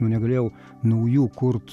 negalėjau naujų kurt